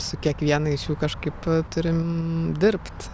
su kiekvienais jų kažkaip turim dirbt